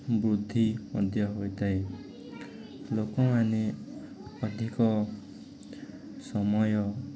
ବୃଦ୍ଧି ମଧ୍ୟ ହୋଇଥାଏ ଲୋକମାନେ ଅଧିକ ସମୟ